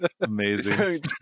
amazing